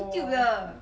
orh